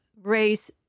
race